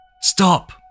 Stop